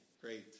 Great